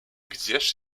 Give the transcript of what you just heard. gdzież